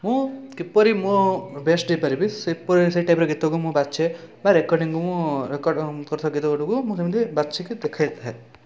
ମୁଁ କିପରି ମୋ ବେଷ୍ଟ ଦେଇପାରିବି ସେପରି ସେଇ ଟାଇପର ଗୀତକୁ ମୁଁ ବାଛେ ବା ରେକର୍ଡିଙ୍ଗ ମୁଁ ରେକର୍ଡ଼ କରୁ କରୁଥିବା ଗୀତ ଗୁଡ଼ିକୁ ମୁଁ ବାଛିକି ଦେଖେଇଥାଏ